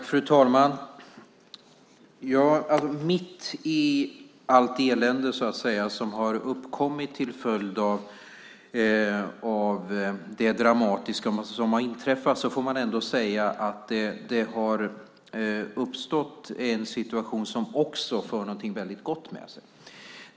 Fru talman! Mitt i allt elände som har uppkommit till följd av det dramatiska som har inträffat får man ändå säga att det har uppstått en situation som dock för något väldigt gott med sig.